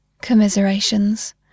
Commiserations